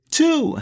two